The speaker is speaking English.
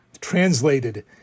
translated